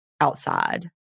Outside